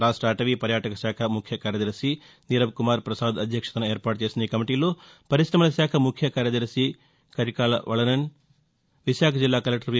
రాష్ట అటవీ పర్యావరణ శాఖ ముఖ్యకార్యదర్భి నీరబ్కుమార్ ప్రసాద్ అధ్యక్షతన ఏర్పాటు చేసిన ఈ కమిటీలో పరిశ్రమలశాఖ ముఖ్యకార్యదర్శి కరికాల వళవన్ విశాఖ జిల్లా కలెక్టర్ వి